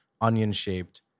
onion-shaped